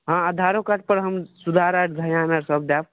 हँ आधारोकार्ड पर हम सुधार आर धयान आर सब देब